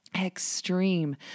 Extreme